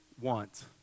want